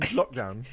lockdown